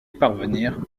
parvenir